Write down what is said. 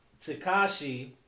Takashi